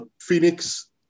Phoenix